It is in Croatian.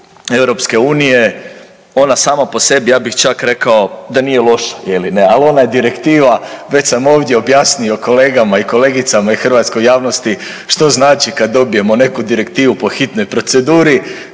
direktivu EU ona sama po sebi ja bih čak rekao da nije loša je li ne, ali ona je direktiva, već sam ovdje objasnio kolegama i kolegicama i hrvatskoj javnosti što znači kad dobijemo neku direktivu po hitnoj proceduri.